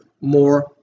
more